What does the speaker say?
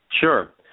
Sure